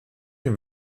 dem